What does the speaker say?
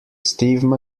steve